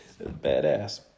badass